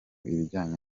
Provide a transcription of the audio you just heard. ibijyanye